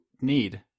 need